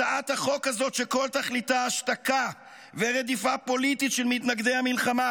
הצעת החוק הזאת שכל תכליתה השתקה ורדיפה פוליטית של מתנגדי המלחמה,